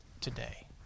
Today